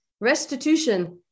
restitution